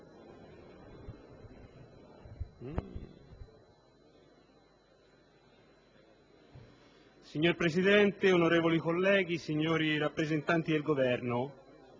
Signor Presidente, onorevoli colleghi, signori rappresentanti del Governo,